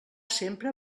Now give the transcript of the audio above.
sempre